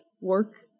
work